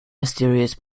mysterious